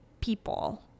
people